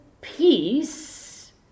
peace